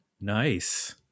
Nice